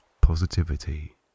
positivity